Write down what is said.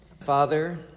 Father